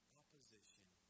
opposition